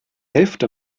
hälfte